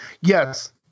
Yes